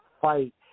fight